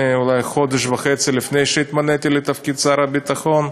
אולי חודש וחצי לפני שהתמניתי, לתפקיד שר הביטחון,